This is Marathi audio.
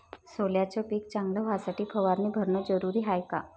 सोल्याचं पिक चांगलं व्हासाठी फवारणी भरनं जरुरी हाये का?